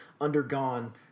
undergone